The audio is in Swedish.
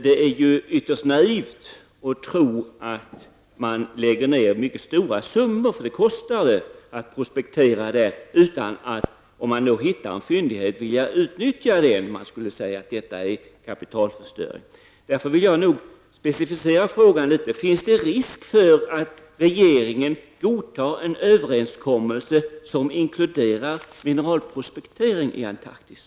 Det är ju ytterst naivt att tro att man lägger ned mycket stora summor -- för det kostar att prospektera -- utan att, om man hittar en fyndighet, utnyttja den. Man skulle säga att detta är kapitalförstöring. Därför vill jag nog specificera frågan litet: Finns det risk för att regeringen godtar en överenskommelse som inkluderar mineralprospektering i Antarktis?